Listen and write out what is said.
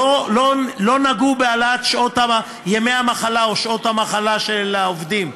לא נגעו בהעלאת מספר ימי המחלה או שעות המחלה של העובדים,